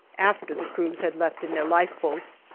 after the crews had left in their lifeboats,